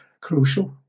crucial